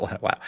wow